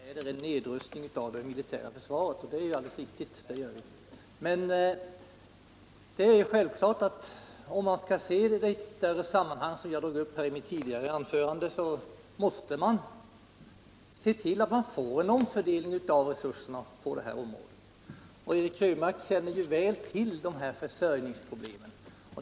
Herr talman! Eric Krönmark sade i sitt anförande att vi i vpk biträder en nedrustning av det militära försvaret. Det är alldeles riktigt — det gör vi. Men det är självklart att om man skall se frågan i det större sammanhang som jag drog upp i mitt tidigare anförande så måste man se till att få en omfördelning av resurserna på det här området. Eric Krönmark känner till dessa försörjningsproblem väl.